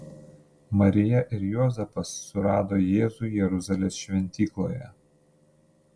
marija ir juozapas surado jėzų jeruzalės šventykloje